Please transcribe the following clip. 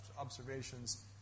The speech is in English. observations